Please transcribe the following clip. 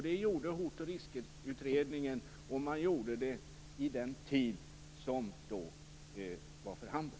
Det gjorde Hotoch riskutredningen, och man gjorde det i den tid som då var för handen.